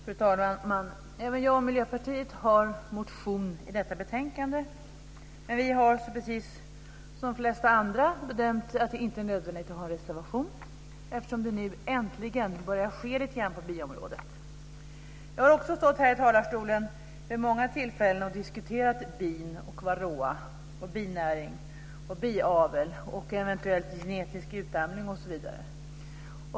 Fru talman! Även jag och Miljöpartiet har en motion i detta betänkande, men vi har precis som de flesta andra bedömt att det inte är nödvändigt att reservera oss, eftersom det nu äntligen börjar ske lite grann på biområdet. Jag har också stått här i talarstolen vid många tillfällen och diskuterat bin, varroa, binäring, biavel och eventuell genetisk utarmning, osv.